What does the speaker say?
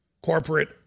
Corporate